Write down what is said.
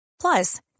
plus